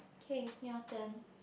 okay ya then